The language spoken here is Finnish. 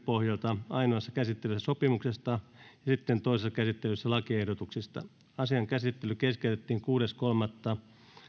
pohjalta ainoassa käsittelyssä sopimuksesta ja sitten toisessa käsittelyssä lakiehdotuksista asian käsittely keskeytettiin kuudes kolmatta